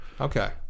okay